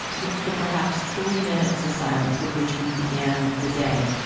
the the perhaps three minutes of silence with which we began the day,